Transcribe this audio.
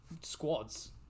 squads